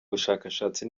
bushakashatsi